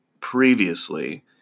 previously